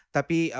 Tapi